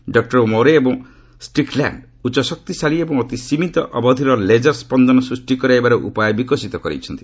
doctor Mourou ଏବଂ Strickland ଉଚ୍ଚଶକ୍ତିଶାଳୀ ଏବଂ ଅତି ସୀମିତ ଅବଧିର ଲେଜର୍ ସନ୍ଦନ ସୃଷ୍ଟି କରାଇବାର ଉପାୟ ବିକଶିତ କରାଇଛନ୍ତି